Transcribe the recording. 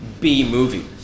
B-movie